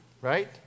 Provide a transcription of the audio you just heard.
right